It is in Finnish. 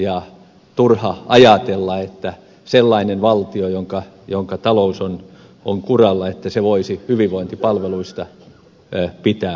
on turha ajatella että sellainen valtio jonka talous on kuralla voisi hyvinvointipalveluista pitää huolta